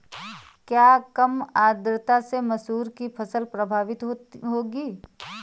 क्या कम आर्द्रता से मसूर की फसल प्रभावित होगी?